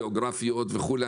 גאוגרפיות או אחרות,